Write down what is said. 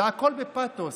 והכול בפתוס,